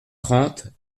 trente